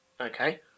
Okay